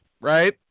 Right